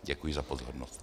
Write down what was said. Děkuji za pozornost.